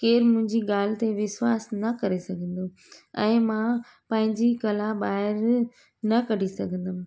केरु मुंहिंजी ॻाल्हि ते विश्वास न करे सघंदो ऐं मां पंहिंजी कला ॿाहिरि न कढी सघंदमि